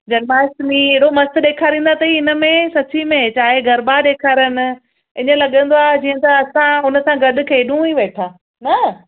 जन्माष्टमी अहिड़ो मस्तु ॾेखारींदा अथई हिन में सची में चाहे गरॿा ॾेखारनि ईअं लॻंदो आहे जीअं त असां उन सां गॾु खेॾूं ई वेठा न